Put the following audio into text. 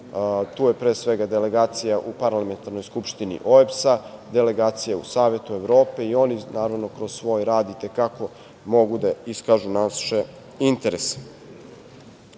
tu je pre svega delegacija u Parlamentarnoj skupštini OEBS-a, delegacija u Savetu Evrope i oni naravno kroz svoj rad i te kako mogu da iskažu naše interese. Takođe,